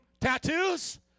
tattoos